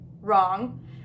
Wrong